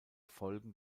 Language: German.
folgen